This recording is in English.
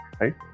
right